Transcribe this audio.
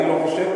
אני לא חושב.